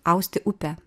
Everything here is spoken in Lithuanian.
austi upę